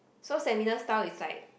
so seminar style is like